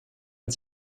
mit